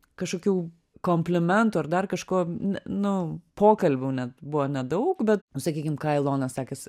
kažkokių komplimentų ar dar kažko ne nu pokalbių net buvo nedaug bet sakykim ką ilona sakės